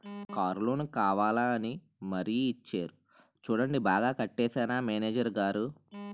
Car loan కావాలా అని మరీ ఇచ్చేరు చూడండి బాగా కట్టేశానా మేనేజరు గారూ?